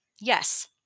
Yes